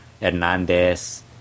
Hernandez